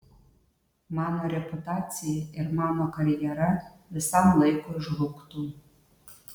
mano reputacija ir mano karjera visam laikui žlugtų